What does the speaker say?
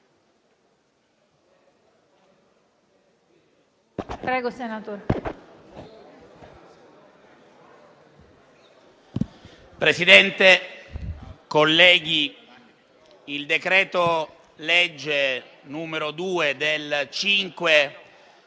Presidente, colleghi, il decreto-legge n. 2 del 5